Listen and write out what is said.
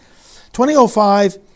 2005